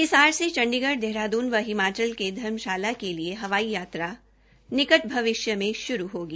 हिसार से चंडीगढ़ देहरादून व हिमाचल के धर्मशाला के लिए हवाई यात्रा निकट भविष्य में श्रू होगी